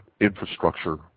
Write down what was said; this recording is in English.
infrastructure